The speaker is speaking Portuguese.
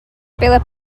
pela